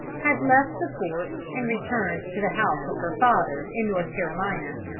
had left the fort and returned to the house of her father, in north carolina.